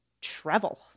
travel